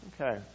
Okay